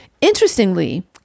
Interestingly